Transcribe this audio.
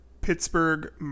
Pittsburgh